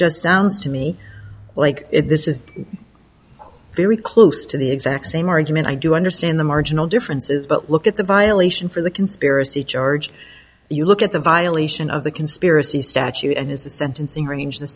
sounds to me like if this is very close to the exact same argument i do understand the marginal differences but look at the violation for the conspiracy charge you look at the violation of the conspiracy statute and is the sentencing range